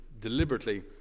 deliberately